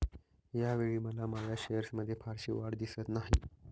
यावेळी मला माझ्या शेअर्समध्ये फारशी वाढ दिसत नाही